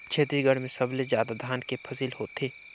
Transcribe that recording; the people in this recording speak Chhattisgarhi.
छत्तीसगढ़ में सबले जादा धान के फसिल होथे